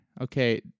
Okay